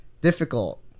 difficult